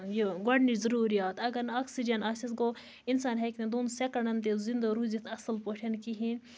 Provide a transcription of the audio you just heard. یہِ گۄڈٕنِچ ضُروریات اَگَر نہٕ آکسیٖجَن آسیٚس گوٚو اِنسان ہیٚکہِ نہٕ دۄن سیٚکَنڈَن تہِ زِنٛدٕ روٗزِتھ اصٕل پٲٹھۍ کِہیٖنۍ